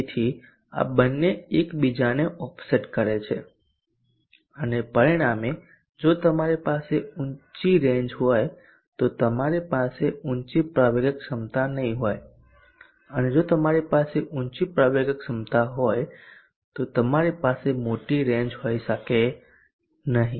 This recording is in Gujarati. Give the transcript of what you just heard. તેથી આ બંને એક બીજાને ઓફસેટ કરે છે અને પરિણામે જો તમારી પાસે ઊંચી રેન્જ હોય તો તમારી પાસે ઊંચી પ્રવેગક ક્ષમતા નહીં હોય અથવા જો તમારી પાસે ઊંચી પ્રવેગક ક્ષમતા હોય તો તમારી પાસે મોટી રેંજ હોઇ શકે નહીં